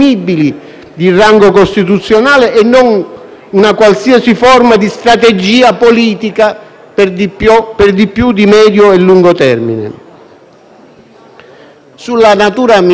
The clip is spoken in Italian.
per di più di medio e lungo termine. Sulla natura ministeriale del reato il relatore Gasparri propone una tesi bizzarra